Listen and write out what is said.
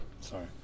Sorry